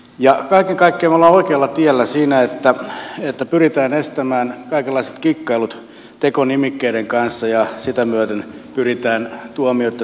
kaiken kaikkiaan me olemme oikealla tiellä siinä että pyritään estämään kaikenlaiset kikkailut tekonimikkeiden kanssa ja se että sitä myöden pyritään tuomioitten lieventämiseen